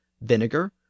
vinegar